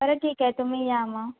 बरं ठीक आहे तुम्ही या मग